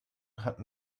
hatten